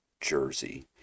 Jersey